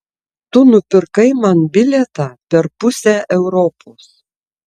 tu nupirkai man bilietą per pusę europos